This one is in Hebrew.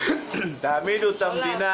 אתמול